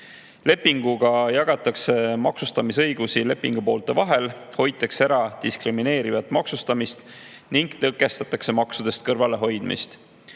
Lepinguga jagatakse maksustamisõigusi lepingupoolte vahel, hoitakse ära diskrimineeriv maksustamine ning tõkestatakse maksudest kõrvalehoidmist.